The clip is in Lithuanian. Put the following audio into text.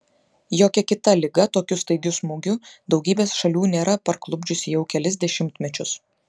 jokia kita liga tokiu staigiu smūgiu daugybės šalių nėra parklupdžiusi jau kelis dešimtmečius